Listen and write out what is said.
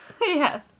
yes